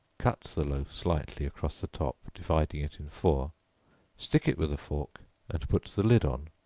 cut the loaf slightly across the top, dividing it in four stick it with a fork and put the lid on,